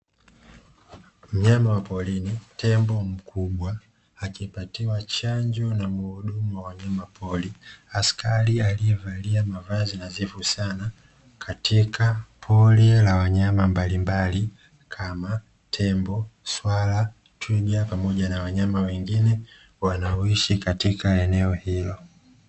Mnyama wa porini, tembo mkubwa, akipatiwa chanjo na muhudumu wa wanyama pori, askari aliyevalia mavazi nadhifu sana, katika pori la wanyama mbalimbali kama; tembo, swala, twiga pamoja na wanyama wengine wanaoishi katika eneo hilo.